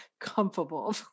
comfortable